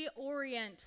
reorient